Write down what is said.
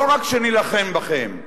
לא רק שנילחם בכם,